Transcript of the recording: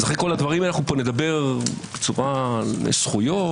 אחרי כל הדברים נדבר על זכויות.